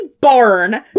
barn